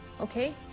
Okay